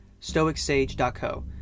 stoicsage.co